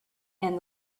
and